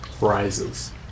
rises